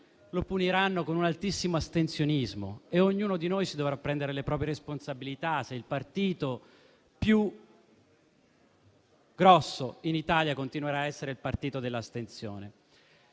lo puniranno con un altissimo astensionismo e ognuno di noi si dovrà prendere le proprie responsabilità, se il partito più grande in Italia continuerà a essere il partito dell'astensione.